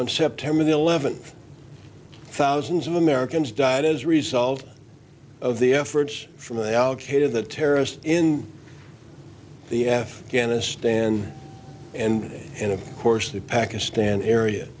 on september the eleventh thousands of americans died as a result of the efforts from al qaeda the terrorists in the afghanistan and and of course the pakistan area